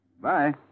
Bye